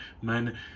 men